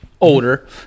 older